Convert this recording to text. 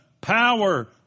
power